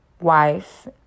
wife